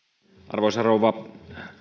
arvoisa rouva